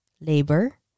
labor